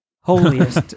Holiest